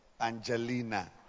Angelina